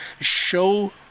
Show